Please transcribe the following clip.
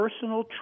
Personal